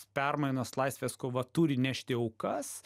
permainos laisvės kova turi nešti aukas